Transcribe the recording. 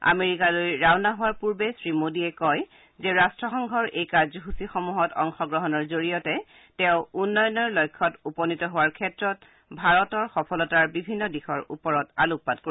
আমেৰিকালৈ ৰাওনা হোৱাৰ পূৰ্বে শ্ৰীমোডীয়ে কয় যে ৰট্টসংঘৰ এই কাৰ্যসূচীসমূহত অংশগ্ৰহণৰ জৰিয়তে তেওঁ উন্নয়নৰ লক্ষ্যত উপনীত হোৱাৰ ক্ষেত্ৰত ভাৰতক সফলতাৰ বিভিন্ন দিশৰ ওপৰত আলোকপাত কৰিব